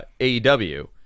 AEW